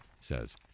says